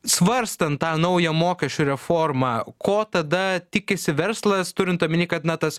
svarstant tą naują mokesčių reformą ko tada tikisi verslas turint omeny kad na tas